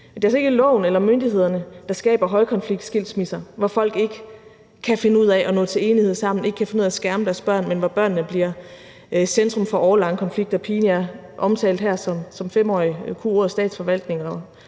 Det er altså ikke loven eller myndighederne, der skaber højkonfliktskilsmisser, hvor folk ikke kan finde ud af at nå til enighed sammen, ikke kan finde ud af at skærme deres børn, men hvor børnene bliver centrum for årelange konflikter. Pigen, som jeg omtalte her, kunne som 5-årig ordet Statsforvaltningen